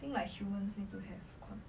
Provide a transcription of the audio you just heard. think like humans need to have con~